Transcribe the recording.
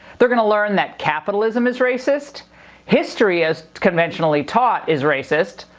they're gonna learn that capitalism is racist history, as conventionally taught, is racist.